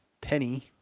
Penny